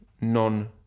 non